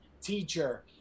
teacher